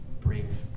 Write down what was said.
bring